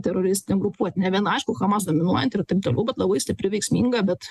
teroristinė grupuotė ne viena aišku hamas dominuojanti ir taip toliau bet labai stipri veiksminga bet